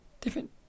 Different